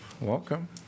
Welcome